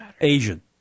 Asian